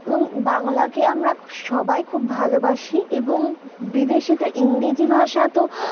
এবং বাংলাকে আমরা সবাই খুব ভালোবাসি এবং বিদেশে তো ইংরেজি ভাষা তো